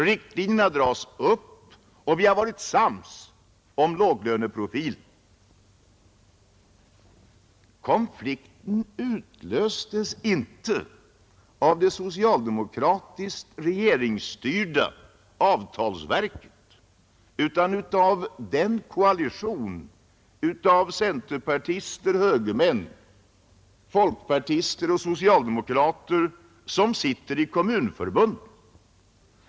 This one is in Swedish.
Riktlinjerna har dragits upp och vi har varit sams om låglöneprofilen. Konflikten utlöstes inte av det socialdemokratiskt regeringsstyrda avtalsverket utan av den koalition av centerpartister, högermän, folkpartister och socialdemokrater som sitter i kommunförbundet.